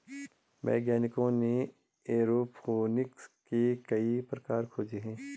वैज्ञानिकों ने एयरोफोनिक्स के कई प्रकार खोजे हैं